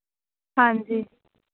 ਹਾਂਜੀ